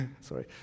Sorry